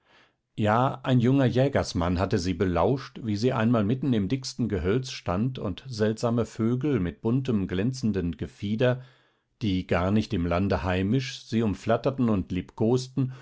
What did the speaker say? ja ein junger jägersmann hatte sie belauscht wie sie einmal mitten im dicksten gehölz stand und seltsame vögel mit buntem glänzenden gefieder die gar nicht im lande heimisch sie umflatterten und